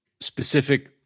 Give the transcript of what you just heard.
specific